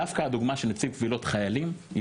דווקא הדוגמה של נציב קבילות חיילים היא